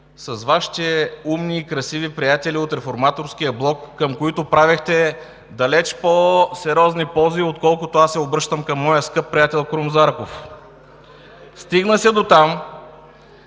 с Вашите умни и красиви приятели от „Реформаторския блок“, към които правехте далеч по-сериозни пози, отколкото аз се обръщам към моя скъп приятел Крум Зарков. Стигна се дотам,